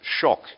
shock